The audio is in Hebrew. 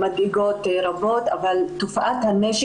מדאיגות רבות אבל תופעת הנשק